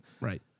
Right